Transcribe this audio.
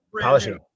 Polishing